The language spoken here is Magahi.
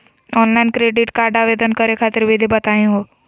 ऑनलाइन क्रेडिट कार्ड आवेदन करे खातिर विधि बताही हो?